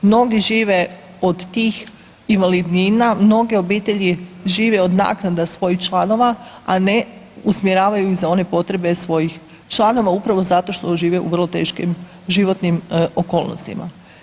Mnogi žive od tih invalidnina, mnoge obitelji žive od naknade svojih članova, a ne usmjeravaju ih za one potrebe svojih članova, upravo zato što žive u vrlo teškim životnim okolnostima.